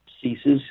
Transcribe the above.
ceases